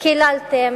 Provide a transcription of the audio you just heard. קיללתם,